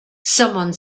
someone